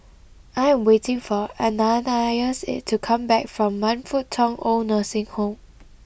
I am waiting for Ananias to come back from Man Fut Tong Old Nursing Home